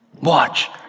Watch